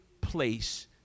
place